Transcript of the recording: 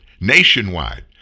Nationwide